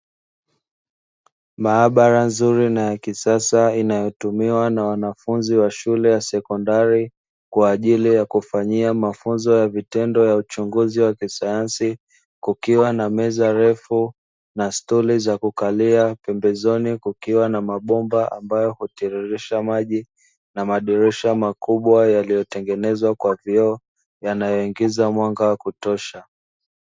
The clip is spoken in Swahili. Maabara nzuri na ya kisasa, inayotumiwa na wanafunzi wa shule ya sekondari, kwa ajili ya kufanyia mafunzo ya vitendo ya uchunguzi wa kisanyansi, kukiwa na meza refu na stuli za kukalia pembezoni kukiwa na mabomba ambayo hutiririsha maji na madirisha makubwa yaliyotengenezwa kwa vioo yanayoingiza mwanga wa kutosha.